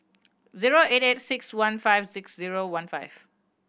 zero eight eight six one five six zero one five